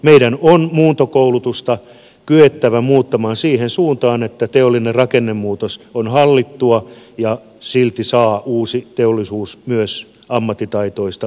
meidän on muuntokoulutusta kyettävä muuttamaan siihen suuntaan että teollinen rakennemuutos on hallittua ja silti saa uusi teollisuus myös ammattitaitoista työvoimaa nopeasti